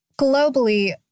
globally